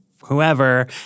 whoever